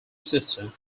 sister